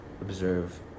observe